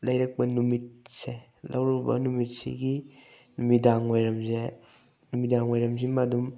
ꯂꯩꯔꯛꯄ ꯅꯨꯃꯤꯠꯁꯦ ꯂꯧꯔꯨꯕ ꯅꯨꯃꯤꯠꯁꯤꯒꯤ ꯅꯨꯡꯃꯤꯗꯥꯡ ꯋꯥꯏꯔꯝꯁꯦ ꯅꯨꯃꯤꯗꯥꯡ ꯋꯥꯏꯔꯝꯁꯤ ꯑꯃ ꯑꯗꯨꯝ